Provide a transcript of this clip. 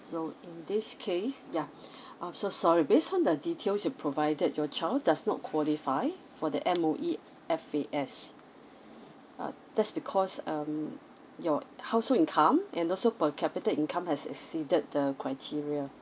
so in this case ya um so sorry based on the details you provided your child does not qualify for the M_O_E F_A_S uh that's because um your household income and also per capita income has exceeded the criteria